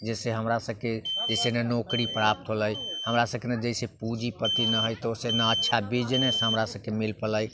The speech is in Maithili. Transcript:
जैसे हमरा सबके ऐसे ने नौकरी प्राप्त होलै हमरा सबके जैसे पूँजीपति नहि हय तऽ ओइसँ ने अच्छा बिजनेस हमरा सबके मिल पलै